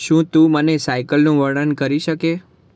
શું તું મને સાઇકલનું વર્ણન કરી શકે